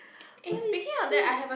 what the shit